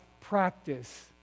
practice